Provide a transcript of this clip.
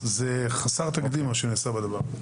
זה חסר תקדים מה שנעשה בדבר.